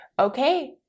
Okay